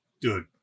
dude